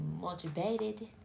motivated